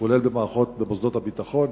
כולל במוסדות הביטחון.